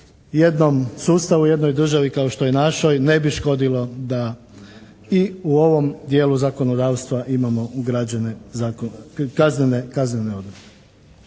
jednom sustavu, jednoj državi kao što je našoj ne bi škodilo da i u ovom dijelu zakonodavstva imamo ugrađene kaznene